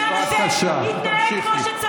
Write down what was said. איפה כל אלו שרוצים שהבניין הזה יתנהל כמו שצריך?